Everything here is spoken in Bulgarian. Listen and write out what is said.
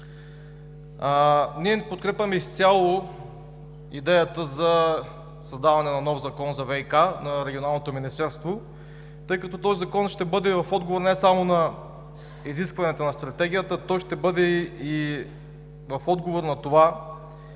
Ние подкрепяме изцяло идеята за създаване на нов закон за ВиК на Регионалното министерство, тъй като този закон ще бъде в отговор не само на изискванията на Стратегията, той ще бъде в отговор и на това,